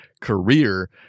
career